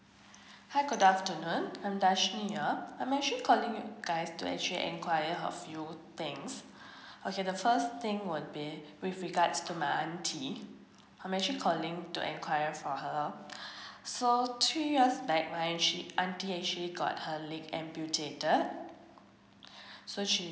hi good afternoon I'm darshini here I'm actually calling you guys to actually enquiry a few things okay the first thing would be with regards to my aunty I'm actually calling to enquire for her so three years back when she auntie she got her leg amputated so she's